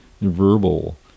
verbal